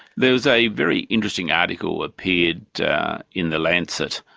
there was a very interesting article appeared in the lancet.